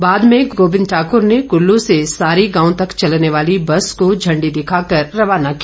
इसके बाद गोविंद ठाकुर ने कुल्लू से सारी गांव तक चलने वाली बस को झण्डी दिखाकर रवाना किया